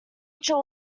richer